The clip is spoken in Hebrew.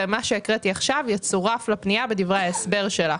ומה שהקראתי עכשיו יצורף לפנייה בדברי ההסבר שלה.